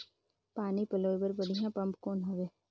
पानी पलोय बर बढ़िया पम्प कौन हवय?